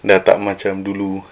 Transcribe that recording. dah tak macam dulu